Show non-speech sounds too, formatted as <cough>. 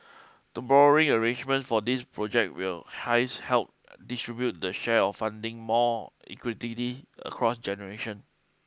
the borrowing arrangements for these project will hence help <noise> distribute the share of funding more equitably across generation